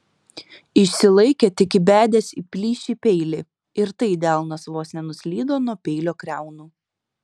išsilaikė tik įbedęs į plyšį peilį ir tai delnas vos nenuslydo nuo peilio kriaunų